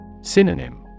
Synonym